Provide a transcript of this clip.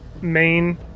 main